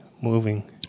Moving